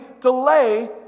delay